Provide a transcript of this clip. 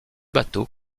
bateaux